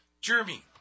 Jeremy